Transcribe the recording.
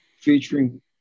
featuring